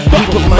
People